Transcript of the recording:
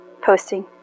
posting